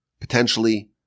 potentially